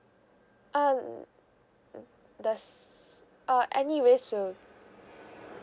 um does uh anyways mm